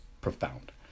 profound